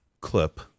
clip